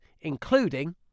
including